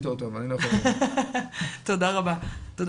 רויטל לן,